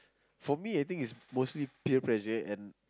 for me I think it's mostly peer pressure and